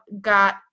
got